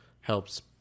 helps